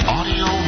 Audio